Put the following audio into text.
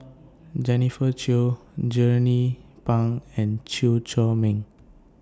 Jennifer Yeo Jernnine Pang and Chew Chor Meng